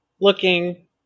looking